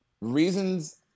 reasons